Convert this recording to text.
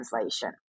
Translation